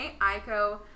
Aiko